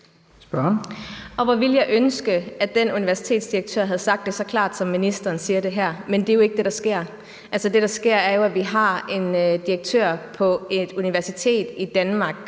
Hvor ville jeg ønske, at den universitetsdirektør havde sagt det så klart, som ministeren siger det her, men det jo ikke det, der sker. Det, der sker, er jo, at vi har en direktør på et universitet i Danmark,